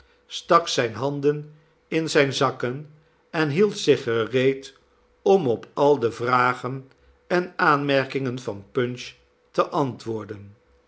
stak zijne handen in zijne zakken en hield zich gereed om op al de vragen en aanmerkingen van punch te antwoorden